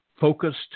focused